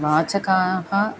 वाचकाः